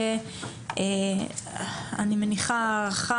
אני מניחה,